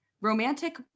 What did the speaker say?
romantic